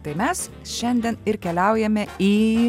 tai mes šiandien ir keliaujame į